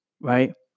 right